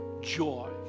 joy